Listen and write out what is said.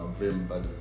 November